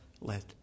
let